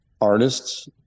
artists